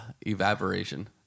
evaporation